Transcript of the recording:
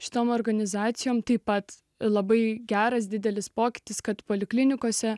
šitam organizacijoms taip pat labai geras didelis pokytis kad poliklinikose